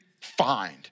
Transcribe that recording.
find